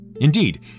Indeed